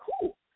cool